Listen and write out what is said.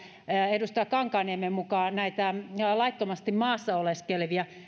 edustaja kankaanniemen mukaan näitä laittomasti maassa oleskelevia